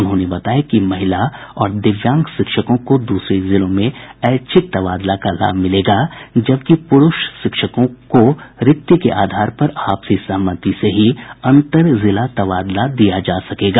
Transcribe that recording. उन्होंने बताया कि महिला और दिव्यांग शिक्षकों को दूसरे जिलों में ऐच्छिक तबादला का लाभ मिलेगा जबकि प्रूष शिक्षकों का रिक्ति के आधार पर आपसी सहमति से ही अन्तर जिला तबादला हो सकेगा